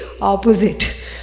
opposite